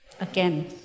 again